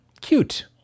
Cute